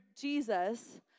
Jesus